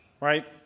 Right